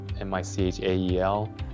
M-I-C-H-A-E-L